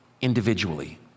individually